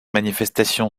manifestation